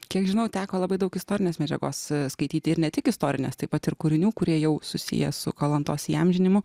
kiek žinau teko labai daug istorinės medžiagos skaityti ir ne tik istorinės taip pat ir kūrinių kurie jau susiję su kalantos įamžinimu